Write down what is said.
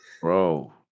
Bro